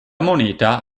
moneta